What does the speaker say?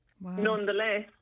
Nonetheless